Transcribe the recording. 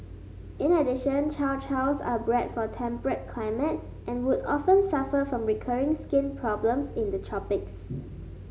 in addition Chow Chows are bred for temperate climates and would often suffer from recurring skin problems in the tropics